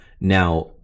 now